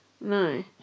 No